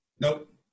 Nope